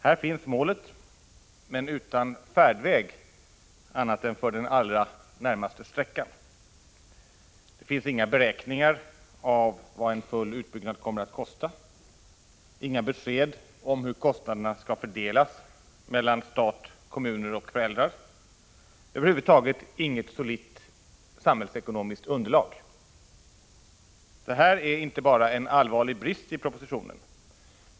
Här finns målet, men utan färdväg — annat än för den allra närmaste sträckan. Det finns inga beräkningar av vad en full utbyggnad kommer att kosta, inga besked om hur kostnaderna skall fördelas mellan stat, kommuner och föräldrar, ja, över huvud taget inget solitt ekonomiskt underlag. Det här är inte bara en allvarlig brist i propositionen.